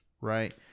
right